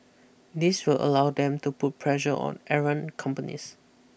this will allow them to put pressure on errant companies